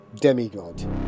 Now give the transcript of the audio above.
...demigod